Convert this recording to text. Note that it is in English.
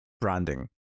branding